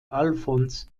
alfons